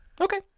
Okay